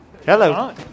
Hello